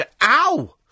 ow